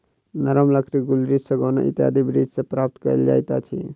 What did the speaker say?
नरम लकड़ी गुल्लरि, सागौन इत्यादि वृक्ष सॅ प्राप्त कयल जाइत अछि